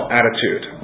attitude